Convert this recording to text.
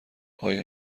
آیا